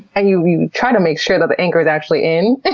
and you try to make sure the anchor is actually in,